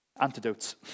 Antidotes